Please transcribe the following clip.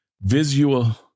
visual